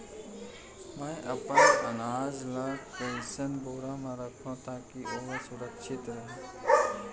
मैं अपन अनाज ला कइसन बोरा म रखव ताकी ओहा सुरक्षित राहय?